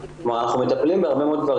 כלומר אנחנו מטפלים בהרבה מאוד גברים